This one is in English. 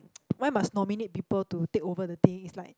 why must nominate people to take over the thing is like